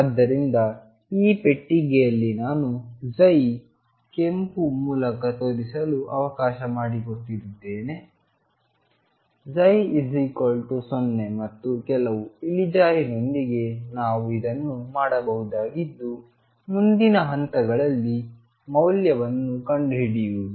ಆದ್ದರಿಂದ ಈ ಪೆಟ್ಟಿಗೆಯಲ್ಲಿ ನಾನು ಕೆಂಪು ಮೂಲಕ ತೋರಿಸಲು ಅವಕಾಶ ಮಾಡಿಕೊಟ್ಟಿದ್ದೇನೆ ψ0 ಮತ್ತು ಕೆಲವು ಇಳಿಜಾರಿನೊಂದಿಗೆ ನಾವು ಇದನ್ನು ಮಾಡಬಹುದಾದದ್ದು ಮುಂದಿನ ಹಂತದಲ್ಲಿ ಮೌಲ್ಯವನ್ನು ಕಂಡುಹಿಡಿಯುವುದು